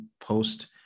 post